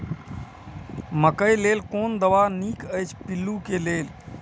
मकैय लेल कोन दवा निक अछि पिल्लू क लेल?